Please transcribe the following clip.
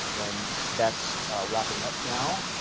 and that's wrapping up now.